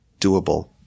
doable